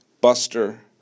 Buster